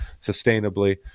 sustainably